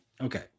okay